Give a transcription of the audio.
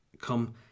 come